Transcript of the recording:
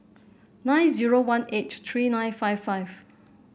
nine zero one eight three nine five five